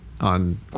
on